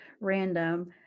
Random